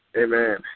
Amen